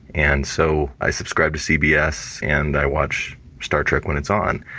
and so i subscribe to cbs and i watch star trek when it's on,